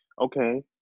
okay